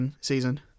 season